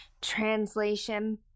translation